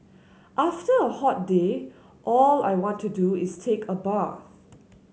after a hot day all I want to do is take a bath